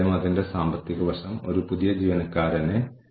നമ്മൾ ഒരു തരത്തിലുള്ള ഉപഭോക്തൃ അടിത്തറയെക്കുറിച്ച് ചിന്തിക്കുന്നുണ്ടാകാം